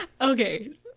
Okay